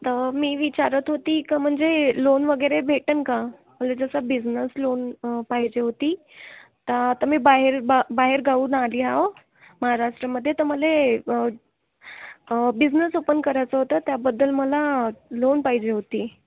तर मी विचारत होती का म्हणजे लोन वगैरे भेटेल का मला जसं बिजनेस लोन पाहिजे होती तर आता मी बाहेर ब बाहेरगावाहून आली आहे महाराष्ट्रामध्ये तर मला बिजनेस ओपन करायचं होतं त्याबद्दल मला लोन पाहिजे होती